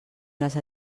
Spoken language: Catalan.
les